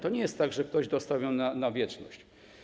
To nie jest tak, że ktoś dostał ją na wieczność.